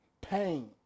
pain